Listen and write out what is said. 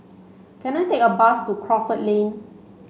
can I take a bus to Crawford Lane